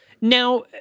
Now